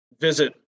visit